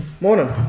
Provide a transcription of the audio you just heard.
Morning